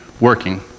working